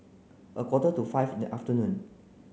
a quarter to five in the afternoon